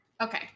Okay